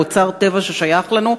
הם אוצר טבע ששייך לנו,